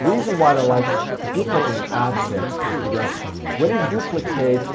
reason why i don't like duplicating ad sets is because when you duplicate